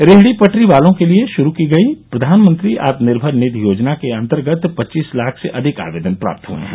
रेहडी पटरी वालों के लिए शुरू की गई प्रधानमंत्री आत्मनिर्मर निधि योजना के अन्तर्गत पच्चीस लाख से अधिक आवेदन प्राप्त हुए हैं